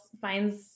finds